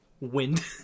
wind